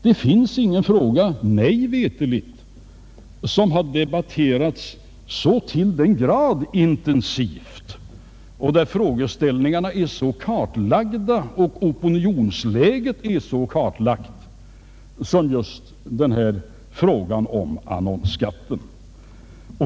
Det finns ingen annan fråga mig veterligt som har debatterats så till den grad intensivt och där frågeställningarna och opinionsläget blivit så kartlagda som just frågan om annonsskatten.